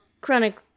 chronic